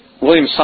William